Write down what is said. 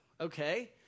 okay